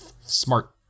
smart